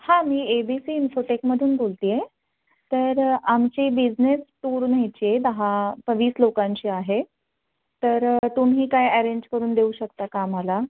हां मी A B C इन्फोटेकमधून बोलत आहे तर आमची बिझनेस टूर न्ह्ययची आहे दहा तर वीस लोकांची आहे तर तुम्ही काय एरेंज करून देऊ शकता का आम्हाला